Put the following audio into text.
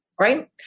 right